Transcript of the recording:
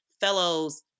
fellows